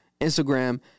Instagram